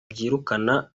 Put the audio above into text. byirukana